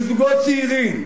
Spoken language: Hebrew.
של זוגות צעירים,